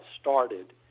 started